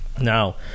now